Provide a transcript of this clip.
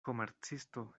komercisto